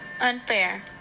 Unfair